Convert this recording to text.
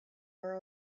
are